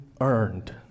earned